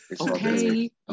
okay